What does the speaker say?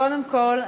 קודם כול,